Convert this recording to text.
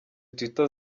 twitter